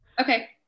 Okay